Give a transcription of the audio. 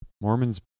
Mormons